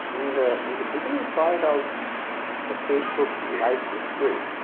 in the in the beginning part of the facebook life history,